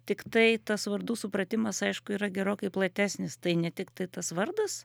tiktai tas vardų supratimas aišku yra gerokai platesnis tai ne tiktai tas vardas